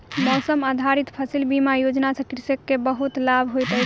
मौसम आधारित फसिल बीमा योजना सॅ कृषक के बहुत लाभ होइत अछि